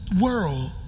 world